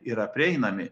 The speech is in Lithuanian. yra prieinami